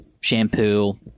shampoo